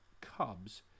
Cubs